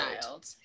child